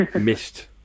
missed